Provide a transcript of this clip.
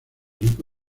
rico